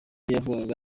yavugaga